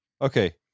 Okay